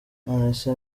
nonese